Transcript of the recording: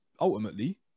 ultimately